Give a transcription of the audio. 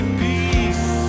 peace